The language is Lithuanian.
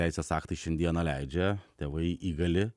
teisės aktai šiandieną leidžia tėvai įgali